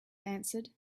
answered